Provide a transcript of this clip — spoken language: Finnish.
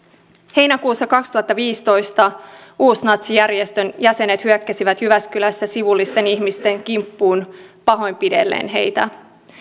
heinäkuussa kaksituhattaviisitoista uusnatsijärjestön jäsenet hyökkäsivät jyväskylässä sivullisten ihmisten kimppuun pahoinpidellen heitä